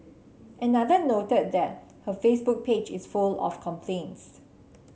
another noted that her Facebook page is full of complaints